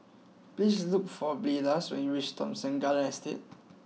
please look for Blaise when you reach Thomson Garden Estate